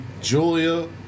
Julia